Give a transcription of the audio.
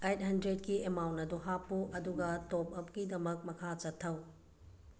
eight ꯍꯟꯗ꯭ꯔꯦꯗꯀꯤ amount ꯑꯗꯨ ꯍꯥꯞꯄꯨ ꯑꯗꯨꯒ ꯇꯣꯞ ꯑꯞꯀꯤꯗꯃꯛ ꯃꯈꯥ ꯆꯠꯊꯧ